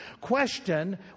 question